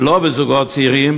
ולא בזוגות צעירים,